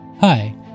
Hi